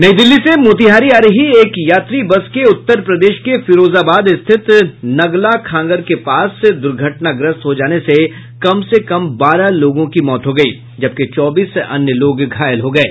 नई दिल्ली से मोतिहारी आ रही एक यात्री बस के उत्तर प्रदेश के फिरोजाबाद स्थित नग्ला खंगर के पास दुर्घटनाग्रस्त हो जाने से कम से कम बारह लोगों की मौत हो गयी जबकि चौबीस अन्य घायल हो गये